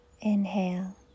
Inhale